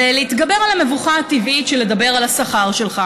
להתגבר על המבוכה הטבעית של לדבר על השכר שלך.